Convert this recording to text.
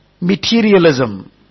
materialism